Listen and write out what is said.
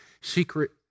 secret